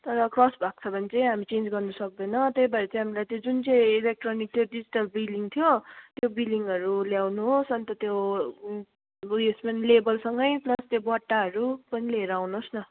तर क्रस भएको छ भने चाहिँ हामी चेन्ज गर्न सक्दैन त्यही भएर चाहिँ हामीलाई त्यो जुन चाहिँ इलेक्ट्रोनिक त्यो डिजिटल बिलिङ थियो त्यो बिलिङहरू ल्याउनुहोस् अन्त त्यो उयस पनि लेबलसँगै प्लस त्यो बट्टाहरू पनि लिएर आउनुहोस् न